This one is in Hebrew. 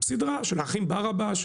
סדרה של האחים ברבש,